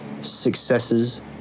successes